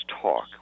talk